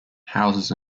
houses